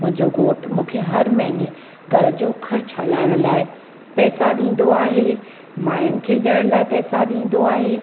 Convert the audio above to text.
मुंहिंजो घोटु मूंखे हर महीने घर जो ख़र्चु हलाइण लाइ पैसा ॾींदो आहे माइनि खे ॾियण लाइ पैसा ॾींदो आहे